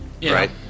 Right